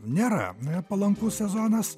nėra palankus sezonas